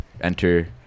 enter